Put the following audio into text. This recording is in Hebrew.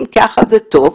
אם כך, זה טוב.